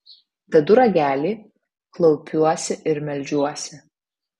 dedu ragelį klaupiuosi ir meldžiuosi